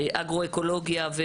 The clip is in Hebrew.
ואגרואקולוגיה.